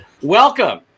Welcome